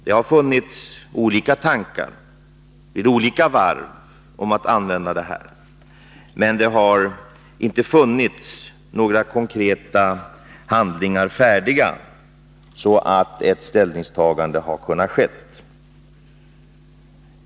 Det har funnits olika tankar vid olika varv om att använda detta stöd, men det har inte funnits några konkreta handlingar färdiga, så att ett ställningstagande har kunnat ske.